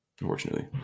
unfortunately